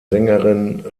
sängerin